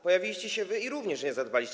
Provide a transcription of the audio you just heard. Pojawiliście się wy i również nie zadbaliście.